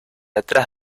atrás